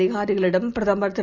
அதிகாரிகளிடம்பிரதமர்திரு